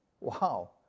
Wow